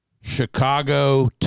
Chicago